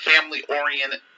family-oriented